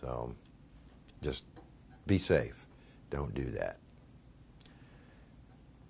so just be safe don't do that